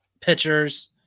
pitchers